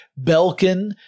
Belkin